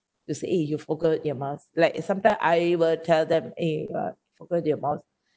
to say you forgot your mask like sometime I will tell them eh uh forgot your mask